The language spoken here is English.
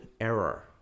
error